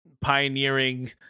pioneering